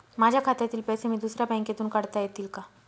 माझ्या खात्यातील पैसे मी दुसऱ्या बँकेतून काढता येतील का?